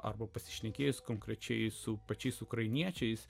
arba pasišnekėjus konkrečiai su pačiais ukrainiečiais